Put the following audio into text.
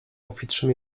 obfitszym